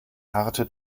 harte